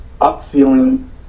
up-feeling